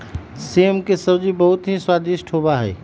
सेम के सब्जी बहुत ही स्वादिष्ट होबा हई